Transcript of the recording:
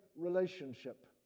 relationship